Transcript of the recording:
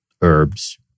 herbs